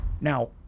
now